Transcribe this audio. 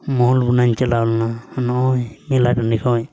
ᱢᱚᱦᱩᱞᱵᱚᱱᱟᱧ ᱪᱟᱞᱟᱣ ᱞᱮᱱᱟ ᱱᱚᱜᱼᱚᱸᱭ ᱢᱮᱞᱟ ᱴᱟᱺᱰᱤ ᱠᱷᱚᱡ